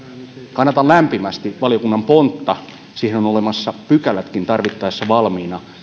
kannatan lämpimästi valiokunnan pontta siihen on olemassa pykälätkin tarvittaessa valmiina